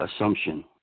assumption